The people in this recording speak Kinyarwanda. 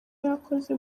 yakoze